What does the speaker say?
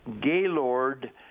Gaylord